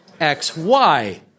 XY